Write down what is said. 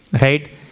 right